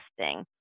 testing